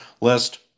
list